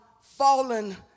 fallen